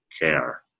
care